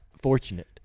fortunate